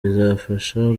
rizamfasha